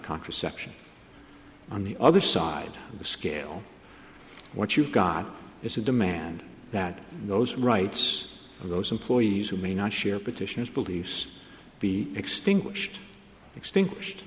contraception on the other side of the scale what you've got is a demand that those rights of those employees who may not share petitions beliefs be extinguished extinguished